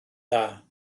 dda